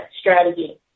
strategy